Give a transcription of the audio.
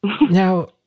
Now